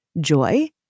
joy